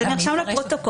זה נרשם בפרוטוקול.